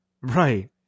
Right